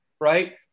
right